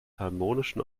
harmonischen